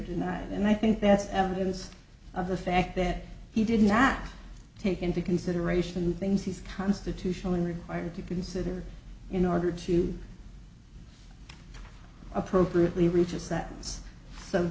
tonight and i think that's evidence of the fact that he did not take into consideration things he's constitutionally required to consider in order to appropriately